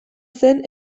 zen